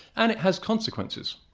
and it has consequences.